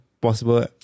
possible